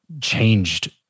changed